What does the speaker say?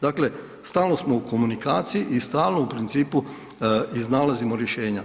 Dakle, stalno smo u komunikaciji i stalno u principu iznalazimo rješenja.